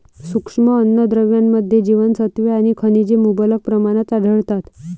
सूक्ष्म अन्नद्रव्यांमध्ये जीवनसत्त्वे आणि खनिजे मुबलक प्रमाणात आढळतात